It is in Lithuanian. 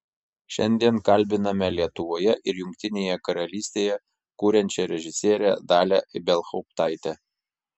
šiandien kalbiname lietuvoje ir jungtinėje karalystėje kuriančią režisierę dalią ibelhauptaitę